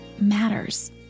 matters